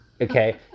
okay